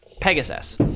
pegasus